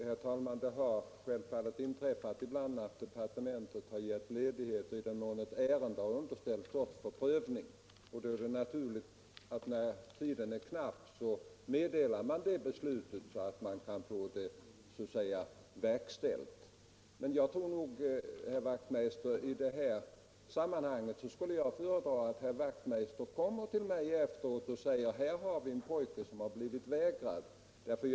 Herr talman! Det har självfallet inträffat ibland att departementet gett ledighet i den mån ett ärende har underställts oss för prövning. När tiden är knapp är det naturligt att man meddelar beslutet på ett sådant sätt att det kan bli verkställt. I det här sammanhanget skulle jag föredra att herr Wachtmeister i Staffanstorp kommer till mig efter debatten och ger mig exempel på någon som blivit vägrad ledighet.